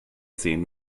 sehen